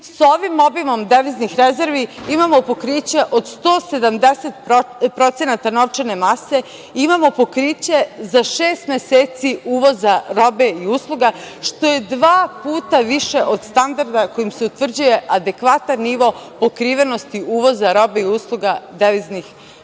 Sa ovim obimom deviznih rezervi imamo pokriće od 170% novčane mase, imamo pokriće za šest meseci uvoza robe i usluga, što je dva puta više od standarda kojim se utvrđuje adekvatan nivo pokrivenosti uvoza robe i usluga deviznim rezervama.